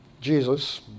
Jesus